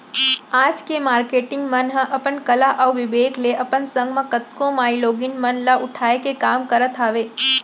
आज के मारकेटिंग मन ह अपन कला अउ बिबेक ले अपन संग म कतको माईलोगिन मन ल उठाय के काम करत हावय